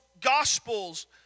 Gospels